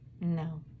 No